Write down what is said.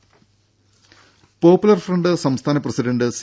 രുര Popular Front സംസ്ഥാന president C